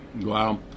Wow